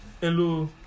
Hello